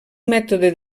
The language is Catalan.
mètode